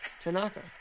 Tanaka